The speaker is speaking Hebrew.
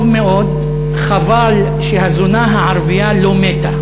טוב מאוד, חבל שהזונה הערבייה לא מתה.